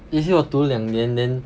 J_C 我读两年 then